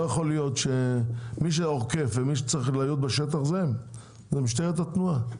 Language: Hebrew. לא יכול להיות שמי שאוכף ומי שצריך להיות בשטח זה הם ממשטרת התנועה.